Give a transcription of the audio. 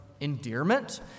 endearment